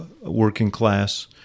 working-class